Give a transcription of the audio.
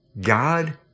God